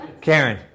Karen